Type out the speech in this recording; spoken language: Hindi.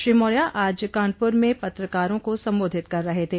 श्री मार्या आज कानपुर में पत्रकारों को सम्बोधित कर रहे थे